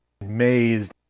amazed